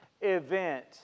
event